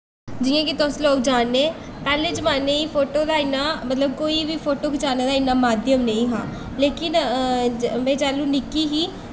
जि'यां कि तुस लोग जानदे पैह्ले जमाने च फोटो दा कोई बी इन्ना फोटो खचाने दा इन्ना माध्यम नेईं हा लेकिन में जैह्लूं निक्की ही